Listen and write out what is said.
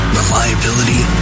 reliability